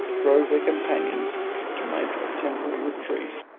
drove their companions to make a temporary retreat,